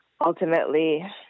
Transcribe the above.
ultimately